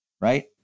right